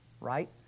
right